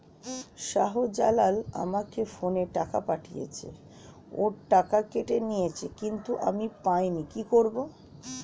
শাহ্জালাল আমাকে ফোনে টাকা পাঠিয়েছে, ওর টাকা কেটে নিয়েছে কিন্তু আমি পাইনি, কি করব?